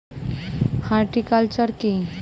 Horticulture কি?